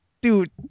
dude